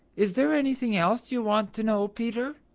is there anything else you want to know, peter?